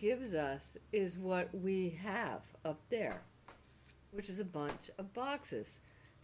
gives us is what we have there which is a bunch of boxes